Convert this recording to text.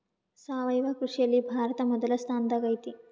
ಸಾವಯವ ಕೃಷಿಯಲ್ಲಿ ಭಾರತ ಮೊದಲ ಸ್ಥಾನದಾಗ್ ಐತಿ